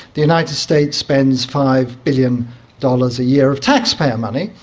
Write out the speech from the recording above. the united states spends five billion dollars a year of taxpayer money,